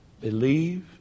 believe